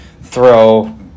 throw